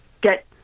get